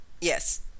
Yes